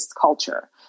Culture